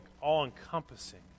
all-encompassing